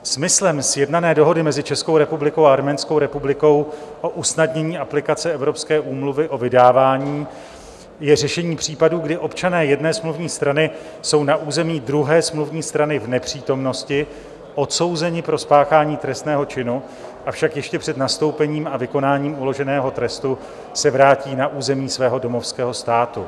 Smyslem sjednávané Dohody mezi Českou republikou a Arménskou republikou o usnadnění aplikace Evropské úmluvy o vydávání je řešení případů, kdy občané jedné smluvní strany jsou na území druhé smluvní strany v nepřítomnosti odsouzeni pro spáchání trestného činu, avšak ještě před nastoupením a vykonáním uloženého trestu se vrátí na území svého domovského státu.